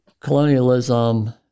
colonialism